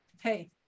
Hey